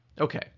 Okay